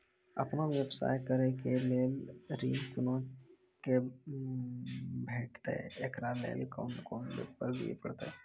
आपन व्यवसाय करै के लेल ऋण कुना के भेंटते एकरा लेल कौन कौन पेपर दिए परतै?